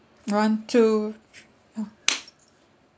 one two three ya